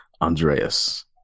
ANDREAS